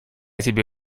тебе